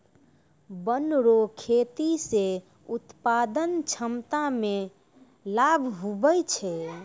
वन रो खेती से उत्पादन क्षमता मे लाभ हुवै छै